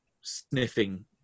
Sniffing